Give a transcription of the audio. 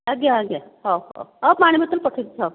ଆଜ୍ଞା ଆଜ୍ଞା ହଉ ହଉ ହଉ ପାଣି ବୋତଲ ପଠାଇଦେଉଛି ହଉ